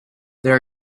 there